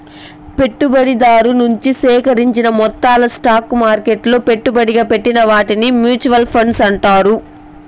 పెట్టుబడిదారు నుంచి సేకరించిన మొత్తాలు స్టాక్ మార్కెట్లలో పెట్టుబడిగా పెట్టిన వాటిని మూచువాల్ ఫండ్స్ అంటారు